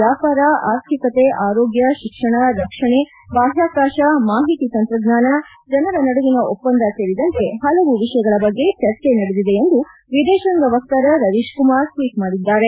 ವ್ನಾಪಾರ ಆರ್ಥಿಕತೆ ಆರೋಗ್ಡ ಶಿಕ್ಷಣ ರಕ್ಷಣೆ ಬಾಹ್ಯಾಕಾಶ ಮಾಹಿತಿ ತಂತ್ರಜ್ಞಾನ ಜನರ ನಡುವಿನ ಒಪ್ಪಂದ ಸೇರಿದಂತೆ ಹಲವು ವಿಷಯಗಳ ಬಗ್ಗೆ ಚರ್ಚೆ ನಡೆದಿದೆ ಎಂದು ವಿದೇಶಾಂಗ ವಕ್ತಾರ ರವೀಶ್ ಕುಮಾರ್ ಟ್ವೀಟ್ ಮಾಡಿದ್ದಾರೆ